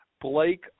Blake